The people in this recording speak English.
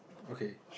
okay